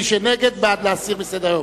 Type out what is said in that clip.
מי שנגד, בעד להסיר אותה מסדר-היום.